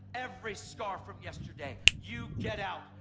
every scar from yesterday, you get out.